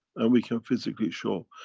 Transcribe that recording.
and we can physically show.